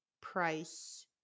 price